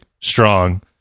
strong